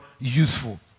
useful